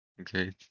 Okay